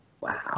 Wow